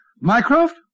Mycroft